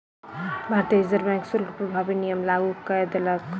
भारतीय Reserve Bank शुल्क प्रभावी नियम लागू कय देलक